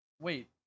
Wait